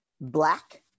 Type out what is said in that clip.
black